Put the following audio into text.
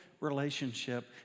relationship